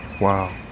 Wow